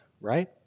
right